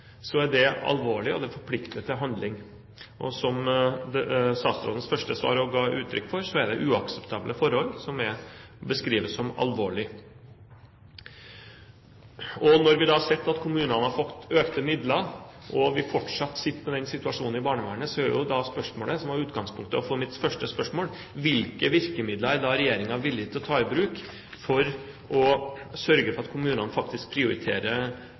er det alvorlig, og det forplikter til handling. Som statsrådens første svar også ga uttrykk for, er det uakseptable forhold som beskrives som alvorlig. Når vi da har sett at kommunene har fått økte midler, og vi fortsatt sitter med den situasjonen i barnevernet, er spørsmålet, som var utgangspunktet for mitt første spørsmål: Hvilke virkemidler er regjeringen villig til å ta i bruk for å sørge for at kommunene faktisk prioriterer